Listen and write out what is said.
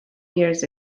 years